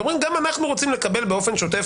והם אומרים גם אנחנו רוצים לקבל באופן שוטף